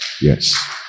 Yes